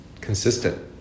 consistent